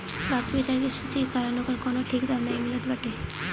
बाकी बाजार के स्थिति के कारण ओकर कवनो ठीक दाम नाइ मिलत बाटे